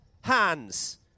Hands